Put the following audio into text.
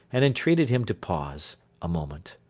and entreated him to pause a moment.